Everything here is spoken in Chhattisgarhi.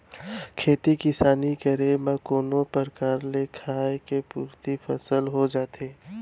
खेती किसानी करे म कोनो परकार ले खाय के पुरती फसल हो जाथे